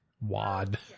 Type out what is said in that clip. WAD